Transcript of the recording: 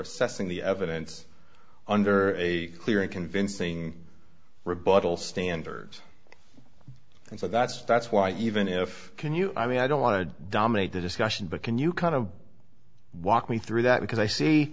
assessing the evidence under a clear and convincing rebuttal standards and so that's that's why even if can you i mean i don't want to dominate the discussion but can you kind of walk me through that because i see